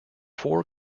four